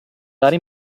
dare